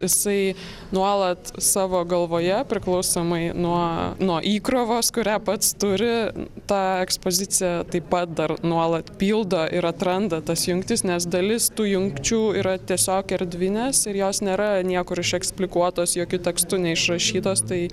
jisai nuolat savo galvoje priklausomai nuo nuo įkrovos kurią pats turi tą ekspoziciją taip pat dar nuolat pildo ir atranda tas jungtis nes dalis tų jungčių yra tiesiog erdvinės ir jos nėra niekur išeksplikuotos jokiu tekstu neišrašytos tai